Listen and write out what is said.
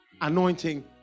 anointing